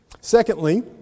Secondly